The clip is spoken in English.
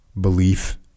belief